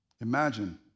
Imagine